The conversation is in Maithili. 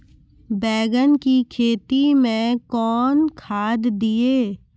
बैंगन की खेती मैं कौन खाद दिए?